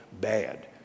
Bad